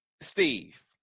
Steve